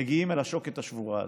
מגיעים אל השוקת השבורה הזאת.